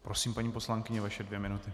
Prosím, paní poslankyně, vaše dvě minuty.